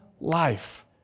life